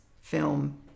film